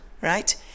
right